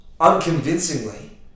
unconvincingly